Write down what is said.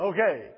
Okay